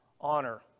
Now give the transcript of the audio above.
honor